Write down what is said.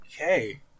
Okay